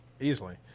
easily